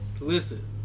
Listen